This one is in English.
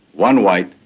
one white,